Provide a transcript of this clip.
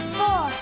four